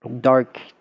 dark